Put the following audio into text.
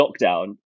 lockdown